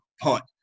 punt